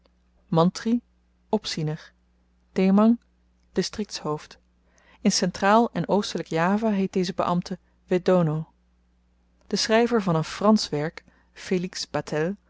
mantrie opziener dhemang distriktshoofd in centraal en oostelyk java heet deze beambte wedhono de schryver van een fransch werk